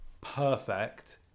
perfect